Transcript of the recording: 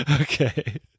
Okay